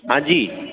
हां जी